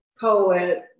poet